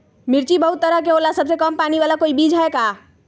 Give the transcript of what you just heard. मिर्ची बहुत तरह के होला सबसे कम पानी खाए वाला कोई बीज है का?